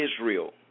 Israel